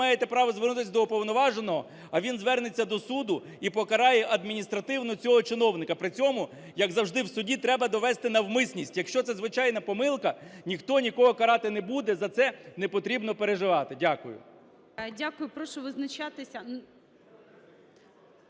то ви маєте право звернутися до Уповноваженого, а він звернеться до суду і покарає адміністративно цього чиновника. При цьому, як завжди, в суді треба довести навмисність. Якщо це звичайна помилка, ніхто нікого карати не буде, за це не потрібно переживати. Дякую.